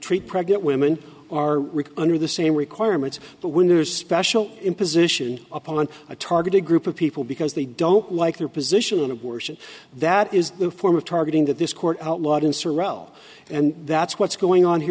treat pregnant women are required to the same requirements but when there is special imposition upon a targeted group of people because they don't like their position on abortion that is a form of targeting that this court outlawed in sorow and that's what's going on here